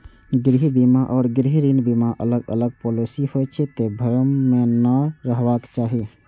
गृह बीमा आ गृह ऋण बीमा अलग अलग पॉलिसी होइ छै, तें भ्रम मे नै रहबाक चाही